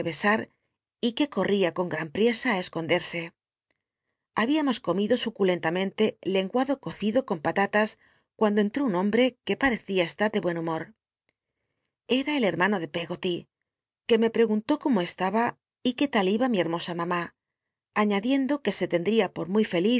y que cortia con gran priesa tí esconderse l htbiam os comido suculentantcntc lenguado cocido con patatas cuando entró un hombre que parecía estar de buen humor era el hermano de peggoly que me pregunt ó có mo estaba y qué ta l iba mi hermosa mam i aiíadiendo que se lcndria por muy feliz